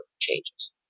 changes